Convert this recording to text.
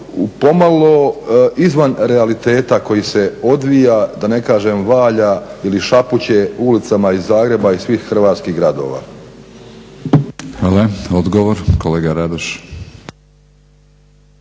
pomalo izvan realiteta koji se odvija da ne kažem valja ili šapuće ulicama iz Zagreba i svih hrvatskih gradova. **Batinić, Milorad